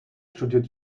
studiert